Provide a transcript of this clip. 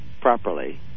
properly